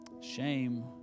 Shame